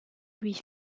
lui